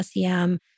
SEM